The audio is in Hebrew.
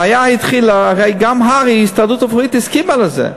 הרי גם הר"י, ההסתדרות הרפואית, הסכימה לזה.